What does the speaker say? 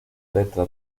elektra